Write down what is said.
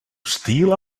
steal